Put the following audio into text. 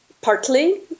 partly